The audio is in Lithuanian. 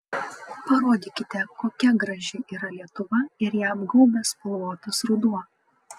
parodykite kokia graži yra lietuva ir ją apgaubęs spalvotas ruduo